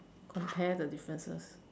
compare the differences